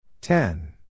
Ten